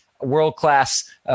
world-class